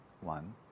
one